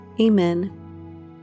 Amen